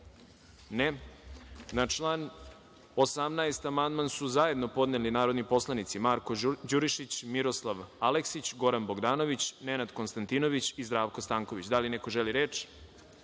(Ne)Na član 15. amandman su zajedno podneli narodni poslanici Marko Đurišić, Miroslav Aleksić, Goran Bogdanović, Nenad Konstantinović i Zdravko Stanković. Da li neko želi reč?